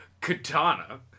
Katana